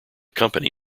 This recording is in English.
company